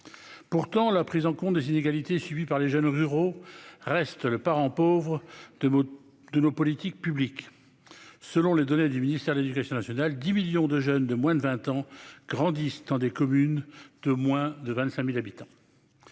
pourtant, la prise en compte des inégalités subies par les jeunes au bureau reste le parent pauvre de de nos politiques publiques, selon les données du ministère de l'Éducation nationale 10 millions de jeunes de moins de 20 ans grandissent dans des communes de moins de 25000 habitants,